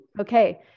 Okay